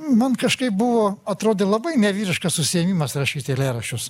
man kažkaip buvo atrodė labai nevyriškas užsiėmimas rašyti eilėraščius